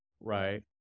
right